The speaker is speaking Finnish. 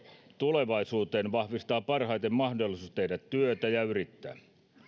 tulevaisuuteen vahvistaa parhaiten mahdollisuus tehdä työtä ja yrittää